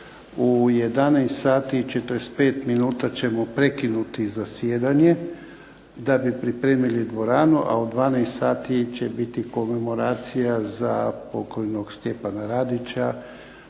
minuta ćemo prekinuti zasjedanje, da bi pripremili dvoranu, a u 12 sati će biti komemoracija za pokojnog Stjepana Radića,